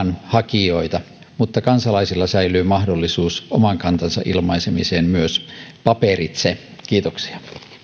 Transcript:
myös luvanhakijoita mutta kansalaisilla säilyy mahdollisuus oman kantansa ilmaisemiseen myös paperitse kiitoksia